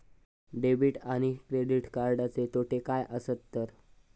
Debit आणि credit कार्डचे तोटे काय आसत तर?